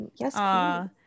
yes